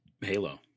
Halo